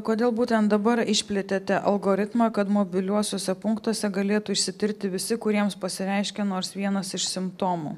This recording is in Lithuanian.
kodėl būtent dabar išplėtėte algoritmą kad mobiliuosiuose punktuose galėtų išsitirti visi kuriems pasireiškia nors vienas iš simptomų